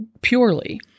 purely